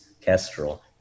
Kestrel